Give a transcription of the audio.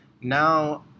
now